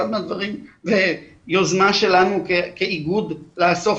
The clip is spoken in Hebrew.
אחד מהדברים ויוזמה שלנו כאיגוד לאסוף